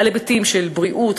בהיבטים של בריאות,